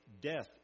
death